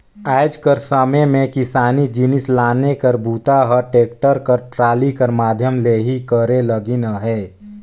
आएज कर समे मे किसानी जिनिस लाने लेगे कर बूता ह टेक्टर कर टराली कर माध्यम ले करे लगिन अहे